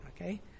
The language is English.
Okay